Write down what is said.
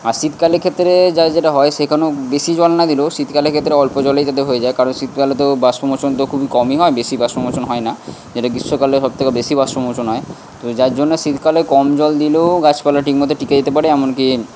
আর শীতকালের ক্ষেত্রে যা যেটা হয় সেখানেও বেশি জল না দিলেও শীতকালের ক্ষেত্রে অল্প জলেই যাতে হয়ে যায় কারণ শীতকালে তো বাষ্পমোচন তো খুবই কমই হয় বেশি বাষ্পমোচন হয় না যেটা গ্রীষ্মকালে সবথেকে বেশি বাষ্পমোচন হয় তো যার জন্যে শীতকালে কম জল দিলেও গাছপালা ঠিকমতো টিকে যেতে পারে এমনকি